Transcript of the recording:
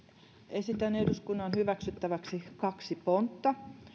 esitän eduskunnan hyväksyttäväksi kaksi pontta